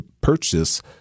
purchase